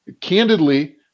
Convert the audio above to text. Candidly